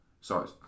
Sorry